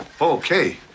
Okay